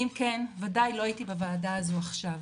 אם כן, וודאי לא הייתי בוועדה הזו עכשיו.